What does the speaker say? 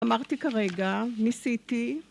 אמרתי כרגע, ניסיתי